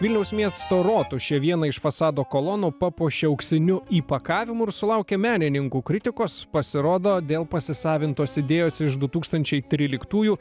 vilniaus miesto rotušė vieną iš fasado kolonų papuošė auksiniu įpakavimu ir sulaukė menininkų kritikos pasirodo dėl pasisavintos idėjos iš du tūkstančiai tryliktųjų